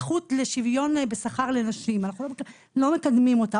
הזכות לשוויון בשכר לנשים אנחנו לא מקדמים אותה,